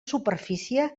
superfície